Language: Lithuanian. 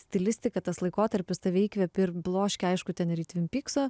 stilistika tas laikotarpis tave įkvėpė ir bloškė aišku ten į tvin pykso